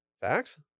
facts